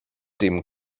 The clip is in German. dem